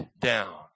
down